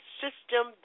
system